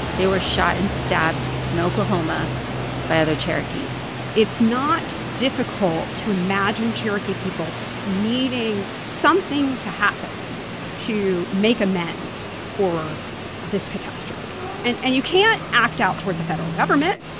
they were shot and stabbed in oklahoma by other cherokees it's not difficult to imagine cherokee people needing something to happen to make amends for this catastrophe. and and you can't act out toward the federal government.